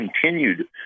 continued